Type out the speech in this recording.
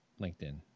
LinkedIn